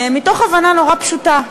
מתוך הבנה נורא פשוטה: